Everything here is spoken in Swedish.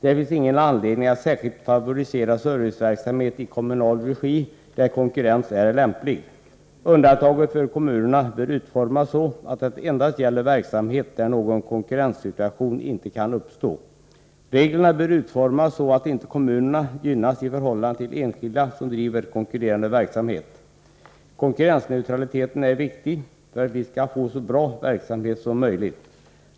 Det finns ingen anledning att särskilt favorisera serviceverksamhet i kommunal regi där konkurrens är lämplig. Undantaget för kommunerna bör utformas så att det endast gäller verksamhet där någon konkurrenssituation inte kan uppstå. Reglerna bör utformas så att kommunerna inte gynnas i förhållande till enskilda som bedriver konkurrerande verksamhet. Konkurrensneutraliteten är viktig för att vi skall få så bra verksamhet som möjligt.